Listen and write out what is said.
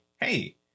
hey